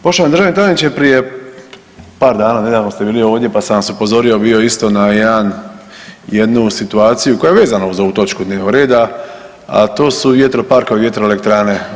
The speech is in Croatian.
Poštovani državni tajniče prije par dana, nedavno ste bili ovdje pa sam vas upozorio bio isto na jedan, jednu situaciju koja je vezana uz ovu točku dnevnog reda, a to su vjetroparkovi i vjetroelektrane.